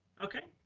okay.